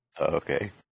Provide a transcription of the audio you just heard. Okay